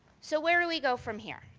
so where do we go from here?